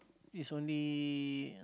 is only